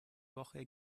woche